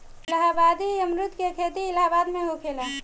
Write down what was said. इलाहाबादी अमरुद के खेती इलाहाबाद में होखेला